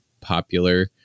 popular